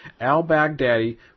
al-Baghdadi